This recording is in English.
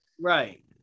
Right